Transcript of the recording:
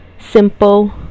simple